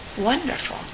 Wonderful